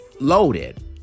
loaded